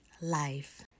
life